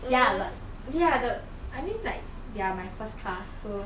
ya but okay lah the I mean like they are my first class so